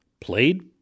played